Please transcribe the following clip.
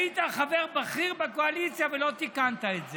היית חבר בכיר בקואליציה, ולא תיקנת את זה.